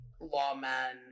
lawmen